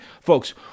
Folks